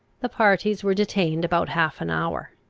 the parties were detained about half an hour.